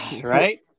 right